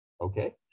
Okay